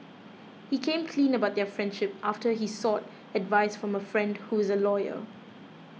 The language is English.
he came clean about their friendship after he sought advice from a friend who is a lawyer